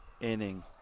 inning